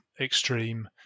extreme